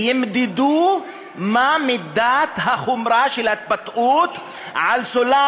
ימדדו מה מידת החומרה של ההתבטאות על סולם